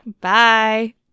Bye